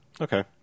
Okay